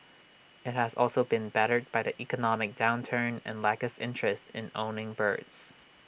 IT has also been battered by the economic downturn and lack of interest in owning birds